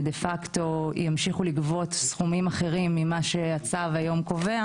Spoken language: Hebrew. ובפועל ימשיכו לגבות סכומים אחרים ממה שהצו קובע,